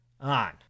on